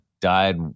died